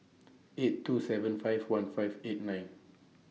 eight two seven five one five eight nine